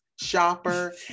shopper